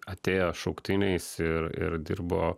atėję šauktiniais ir ir dirbo